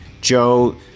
Joe